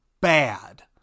bad